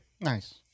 Nice